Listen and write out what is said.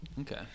Okay